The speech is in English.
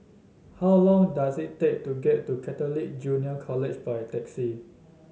how long does it take to get to Catholic Junior College by taxi